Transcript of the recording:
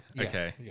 okay